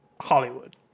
Hollywood